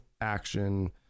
action